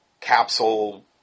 capsule